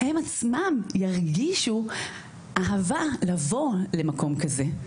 הם עצמם ירגישו אהבה לבוא למקום כזה.